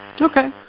Okay